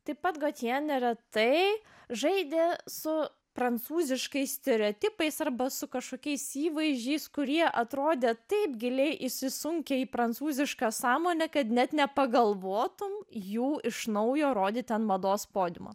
taip pat kad jie neretai žaidė su prancūziškais stereotipais arba su kažkokiais įvaizdžiais kurie atrodė taip giliai įsisunkę į prancūzišką sąmonę kad net nepagalvotumei jų iš naujo rodytą mados podiumo